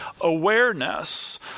awareness